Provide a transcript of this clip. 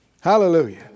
Hallelujah